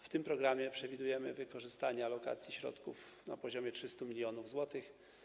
W tym programie przewidujemy wykorzystanie alokacji środków na poziomie 300 mln zł.